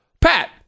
Pat